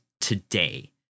today